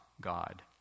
God